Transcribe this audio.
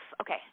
okay